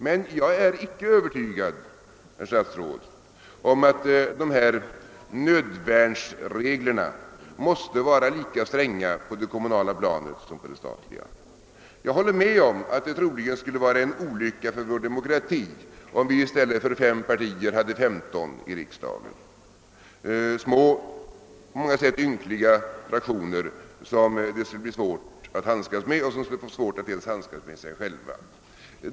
Men jag är, herr statsråd, icke övertygad om att dessa nödvärnsregler måste vara lika stränga på det kommunala planet som på det statliga. Jag håller med om att det troligen skulle vara en olycka för vår demokrati, om vi i riksdagen i stället för fem partier hade femton små, på många sätt ynkliga fraktioner som det skulle bli svårt att handskas med och som t.o.m. skulle få svårt att handskas med sig själva.